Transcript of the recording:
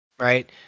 right